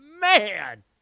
Man